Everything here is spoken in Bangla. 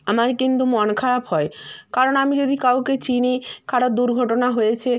আমার কিন্তু মন খারাপ হয় কারণ আমি যদি কাউকে চিনি কারোর দুর্ঘটনা হয়েছে